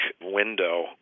window